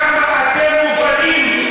כמה אתם מוּבלים,